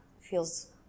feels